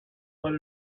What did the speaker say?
what